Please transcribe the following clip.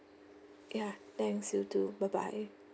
ya thanks you too bye bye